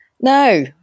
no